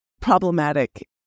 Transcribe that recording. problematic